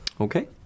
Okay